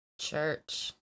Church